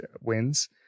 wins